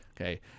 Okay